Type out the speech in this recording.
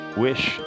wish